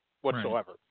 whatsoever